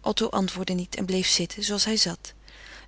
otto antwoordde niet en bleef zitten zooals hij zat